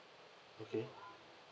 okay